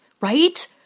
right